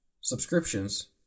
subscriptions